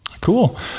Cool